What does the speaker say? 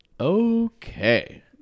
Okay